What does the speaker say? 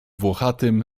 włochatym